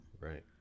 Right